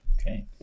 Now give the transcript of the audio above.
Okay